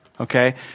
Okay